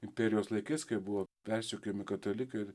imperijos laikais kai buvo persekiojami katalikai ir